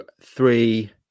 three